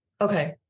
Okay